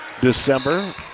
December